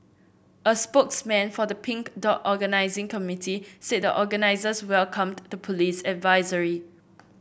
a spokesman for the Pink Dot organising committee said the organisers welcomed the police advisory